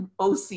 OC